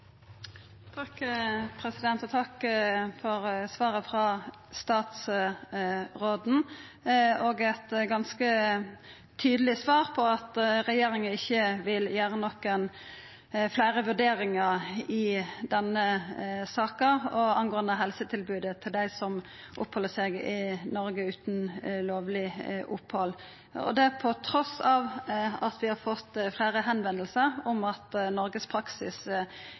Takk for svaret frå statsråden, eit ganske tydeleg svar om at regjeringa ikkje vil gjera nokon fleire vurderingar i denne saka angåande helsetilbodet til dei som oppheld seg i Noreg utan lovleg opphald, trass i at fleire har vendt seg til oss om at Noregs praksis